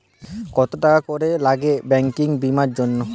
কত টাকা করে লাগে ব্যাঙ্কিং বিমার জন্য?